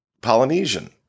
Polynesian